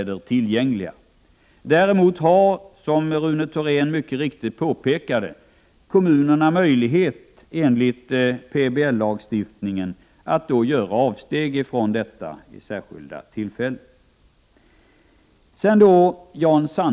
Däremot har, som Rune Thorén mycket riktigt påpekade, kommunerna enligt planoch bygglagen möjlighet att göra avsteg från detta krav vid särskilda tillfällen.